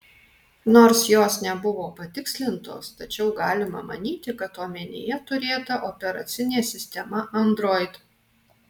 nors jos nebuvo patikslintos tačiau galima manyti kad omenyje turėta operacinė sistema android